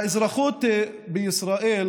האזרחות בישראל